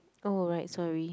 oh right sorry